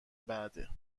بعده